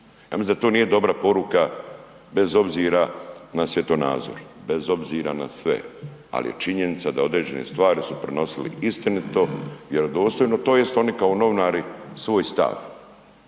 ja mislim da to nije dobra poruka bez obzira na svjetonazor, bez obzira na sve, al je činjenica da određene stvari su prenosili istinito, vjerodostojno tj. oni kao novinari svoj stav.